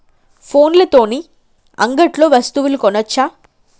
ఫోన్ల తోని అంగట్లో వస్తువులు కొనచ్చా?